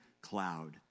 cloud